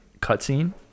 cutscene